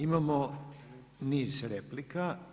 Imamo niz replika.